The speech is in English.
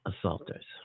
assaulters